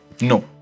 No